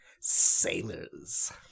Sailors